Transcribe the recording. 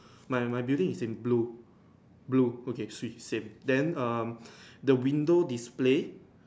my my building is in blue blue okay swee same then um the window display